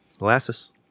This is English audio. Molasses